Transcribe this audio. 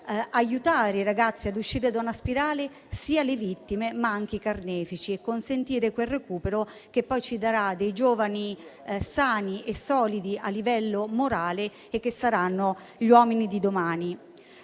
aiutare i ragazzi ad uscire da una spirale, sia le vittime ma anche i carnefici, e consentire quel recupero che poi ci darà giovani sani e solidi a livello morale, che saranno gli uomini di domani.